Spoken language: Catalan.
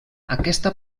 aquesta